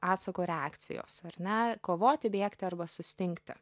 atsako reakcijos ar ne kovoti bėgti arba sustingti